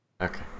Okay